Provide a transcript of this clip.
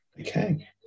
Okay